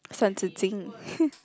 三字经:San Zi Jing